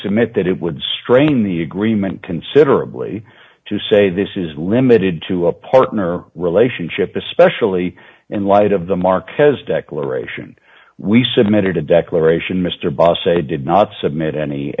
submit that it would strain the agreement considerably to say this is limited to a partner relationship especially in light of the marquez declaration we submitted a declaration mr boss say did not submit any